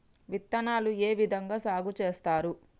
విత్తనాలు ఏ విధంగా సాగు చేస్తారు?